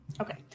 Okay